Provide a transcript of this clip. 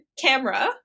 camera